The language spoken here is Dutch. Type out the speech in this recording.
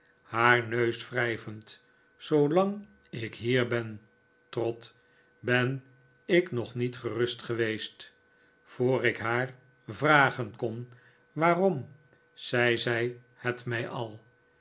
haar neus wrijvend zoolang ik hier ben trot ben ik nog niet rustig geweest voor ik haar vrageh kon waarom zei zij het mij al